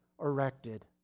erected